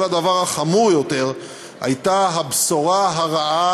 אבל הדבר החמור יותר היה הבשורה הרעה